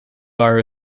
bar